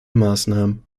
maßnahmen